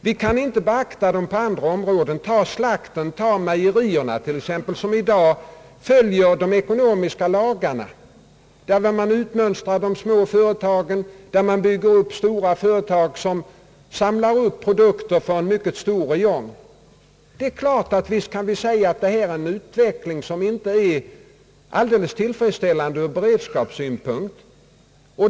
Vi kan inte beakta dem på andra områden, t.ex. i fråga om slakten eller mejerierna, som i dag följer de ekonomiska lagarna, där man utmönstrar de små företagen och bygger upp stora företag, som samlar upp produkter från en mycket stor räjong. Det är klart att visst kan vi säga att det här är en utveckling som inte är alldeles tillfredsställande ur beredskapssynpunkt.